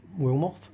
Wilmoth